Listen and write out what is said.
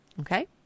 Okay